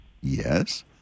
Yes